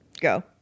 Go